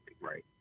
right